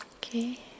Okay